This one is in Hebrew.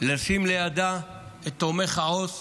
לשים לידה את תומך העו"ס